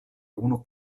unu